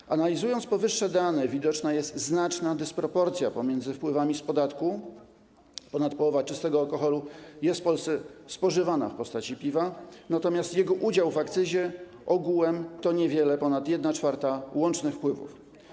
Gdy analizuje się powyższe dane, widoczna jest znaczna dysproporcja pomiędzy wpływami z podatku - ponad połowa czystego alkoholu jest w Polsce spożywana w postaci piwa, natomiast jego udział w akcyzie ogółem to niewiele ponad 1/4 łącznych wpływów.